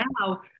now